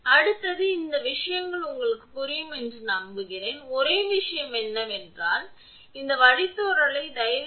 எனவே அடுத்தது இந்த விஷயங்கள் உங்களுக்குப் புரியும் என்று நம்புகிறேன் ஒரே விஷயம் என்னவென்றால் இந்த வழித்தோன்றலை தயவுசெய்து செய்து ஆர் 2